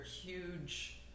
huge